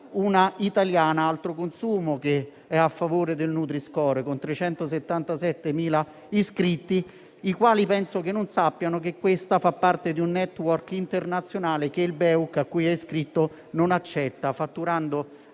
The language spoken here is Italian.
l'italiana Altroconsumo a favore del nutri-score, con 377.000 iscritti, i quali penso non sappiano che questa fa parte di un *network* internazionale, che il BEUC a cui è iscritto non accetta, fatturando